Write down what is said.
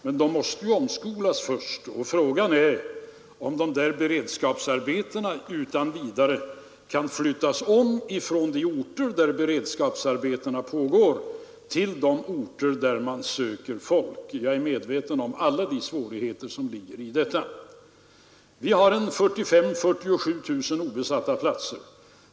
Men de måste ju omskolas först, och frågan är om beredskapsarbetarna utan vidare kan flyttas från de orter där beredskapsarbeten pågår till de orter där man söker folk. Jag är medveten om alla de svårigheter som ligger i detta. Vi har 45 000-47 000 obesatta platser.